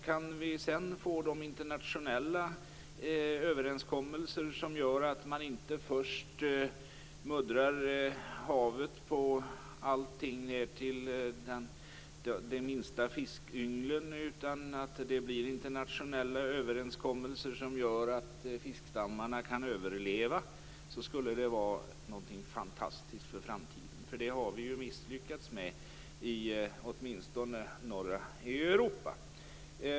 Kan vi sedan få internationella överenskommelser som gör att man inte först muddrar havet på allting ned till minsta fiskyngel utan att fiskstammarna kan överleva skulle det vara fantastiskt för framtiden. Det har vi misslyckats med åtminstone i norra Europa.